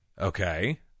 Okay